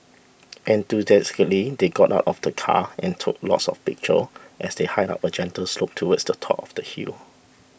enthusiastically they got out of the car and took lots of pictures as they hiked up a gentle slope towards the top of the hill